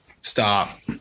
Stop